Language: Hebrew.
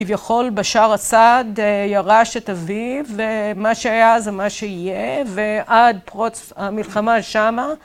כביכול בשאר אסד ירש את אביו, ומה שהיה זה מה שיהיה, ועד פרוץ המלחמה שמה